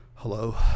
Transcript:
Hello